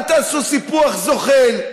אל תעשו סיפוח זוחל.